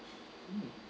mm